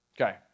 Okay